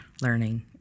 learning